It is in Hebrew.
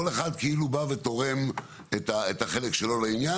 כל אחד כאילו בא ותורם את החלק שלו לעניין,